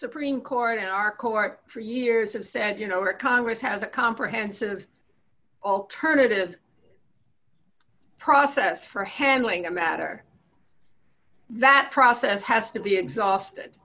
supreme court in our court for years have said you know our congress has a comprehensive alternative process for handling a matter that process has to be exhausted